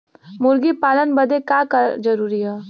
मुर्गी पालन बदे का का जरूरी ह?